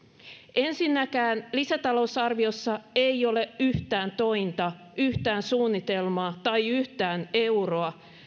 ensinnäkään lisätalousarviossa ei ole yhtään tointa yhtään suunnitelmaa tai yhtään euroa